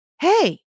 hey